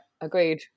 agreed